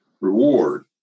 reward